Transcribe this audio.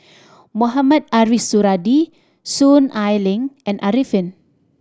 Mohamed Ariff Suradi Soon Ai Ling and Arifin